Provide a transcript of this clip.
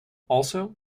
also